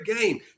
game